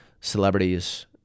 celebrities